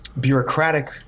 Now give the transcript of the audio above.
bureaucratic